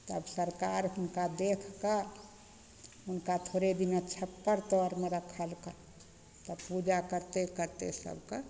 तब सरकार हुनका देखिके हुनका थोड़े दिना छप्पर तरमे रखलकनि तब पूजा करिते करिते सभकेँ